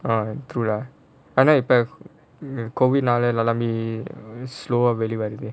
ah true lah ஆனா இப்போ:aanaa ippo COVID நாலா:naalaa slow வா வெளிய வருது:vaa veliyae varuthu